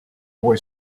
boy